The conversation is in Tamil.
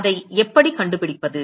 அதை எப்படி கண்டுபிடிப்பது